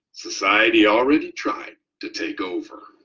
society already tried to take over.